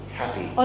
happy